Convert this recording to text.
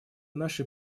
наши